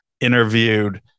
interviewed